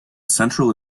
central